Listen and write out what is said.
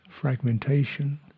fragmentation